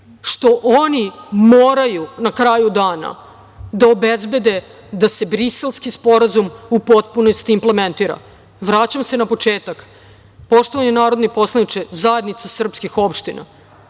što oni moraju, na kraju dana da obezbede da se Briselski sporazum u potpunosti implementira. Vraćam se na početak, poštovani narodni poslaniče, Zajednica srpskih opština,